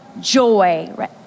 joy